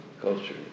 culture